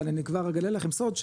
אבל אני כבר אגלה לכם סוד,